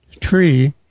tree